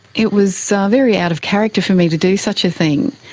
it was very out of character for me to do such a thing.